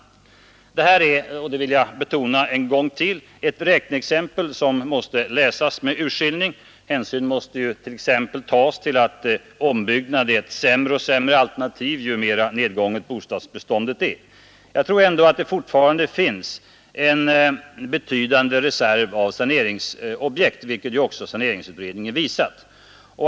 Det här är — det vill jag betona en gång till — ett räkneexempel som måste läsas med urskillning, hänsyn måste ju t.ex. tas till att ombyggnad är ett sämre och sämre alternativ ju mera nedgånget bostadsbeståndet är. Jag tror ändå att det fortfarande finns en betydande reserv av saneringsobjekt, vilket ju också saneringsutredningen visat.